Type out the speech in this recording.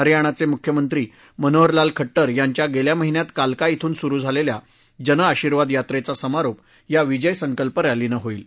हरियाणाचे मुख्यमंत्री मनोहर लाल खड्टर यांच्या गेल्या महिन्यात काल्का इथून सुरू झालेल्या जन आशीर्वाद यात्रेचा समारोप या विजय संकल्प रॅलीनं होईल